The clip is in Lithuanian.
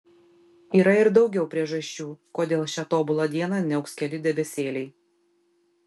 yra ir daugiau priežasčių kodėl šią tobulą dieną niauks keli debesėliai